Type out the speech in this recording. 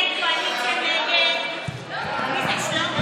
ההצעה להעביר את הצעת חוק